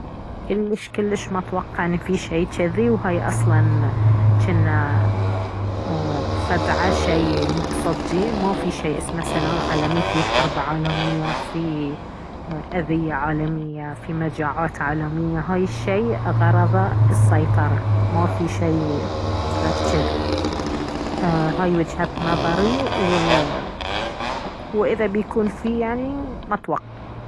كلش كلش ما اتوقع ان في شي جذي وهاي اصلا جنه ايه خدعة شي مب صدقي مافي شي اسمه سلام عالمي فيه حرب عالمية ايه في اذية عالمية في مجاعات عالمية هاي الشي غرضه السيطرة مافي شي غير جذي ايه هاي وجهة نظري وايه وإذا بيكون فيه يعني ما اتوقع